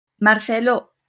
Marcelo